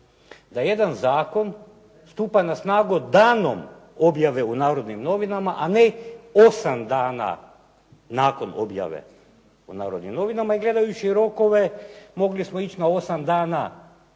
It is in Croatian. da jedan zakon stupa na snagu danom objave u "Narodnim novinama", a ne 8 dana nakon objave u "Narodnim novinama". A gledajući rokove mogli smo ići na 8 dana